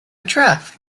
draft